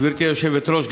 גברתי היושבת-ראש,